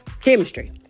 Chemistry